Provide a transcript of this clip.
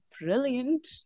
brilliant